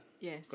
Yes